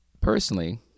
Personally